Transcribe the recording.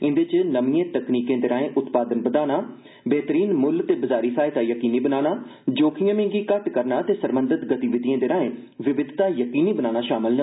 इंदे च नमिएं तकनीकें दे राएं उत्पादन बघाना बेह्तरीन मुल्ल ते बजारी सहायता यकीनी बनाना जोखिमें गी घट्ट करना ते सरबंघत गतिविधिएं राए विविधता यकीनी बनाना शामल न